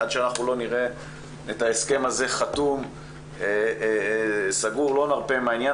עד שאנחנו לא נראה את ההסכם הזה חתום וסגור לא נרפה מהעניין